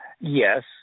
Yes